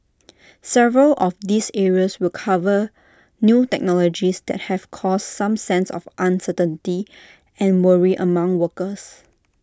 several of these areas will cover new technologies that have caused some sense of uncertainty and worry among workers